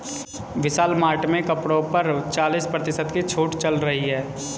विशाल mart में कपड़ों पर चालीस प्रतिशत की छूट चल रही है